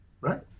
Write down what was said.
Right